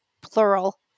plural